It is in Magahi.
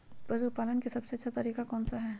पशु पालन का सबसे अच्छा तरीका कौन सा हैँ?